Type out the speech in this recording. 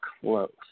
close